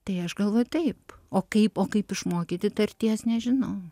tai aš galvoju taip o kaip o kaip išmokyti tarties nežinau